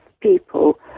people